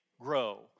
grow